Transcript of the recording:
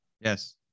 Yes